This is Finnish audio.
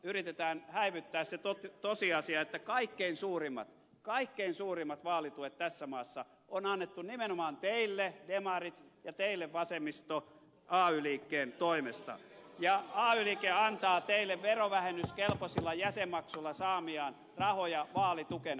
yritetään häivyttää se tosiasia että kaikkein suurimmat kaikkein suurimmat vaalituet tässä maassa on annettu nimenomaan teille demarit ja teille vasemmisto ay liikkeen toimesta ja ay liike antaa teille verovähennyskelpoisilla jäsenmaksuilla saamiaan rahoja vaalitukena